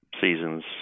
seasons